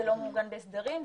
זה לא מעוגן בהסדרים,